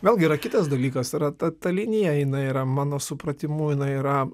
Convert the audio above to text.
vėlgi yra kitas dalykas yra ta ta linija jinai yra mano supratimu jinai yra